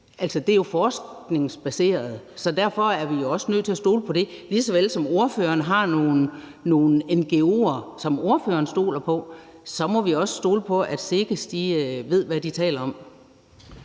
ret forskningsbaseret, så derfor er vi jo også nødt til at stole på det. Lige såvel som ordføreren har nogle ngo'er, som ordføreren stoler på, må vi også stole på, at SEGES ved, hvad de taler om.